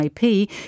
IP